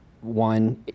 one